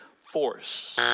force